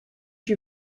you